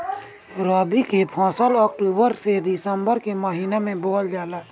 रबी के फसल अक्टूबर से दिसंबर के महिना में बोअल जाला